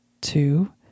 two